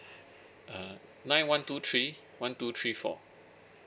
uh nine one two three one two three four